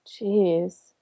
Jeez